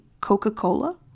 coca-cola